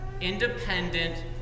independent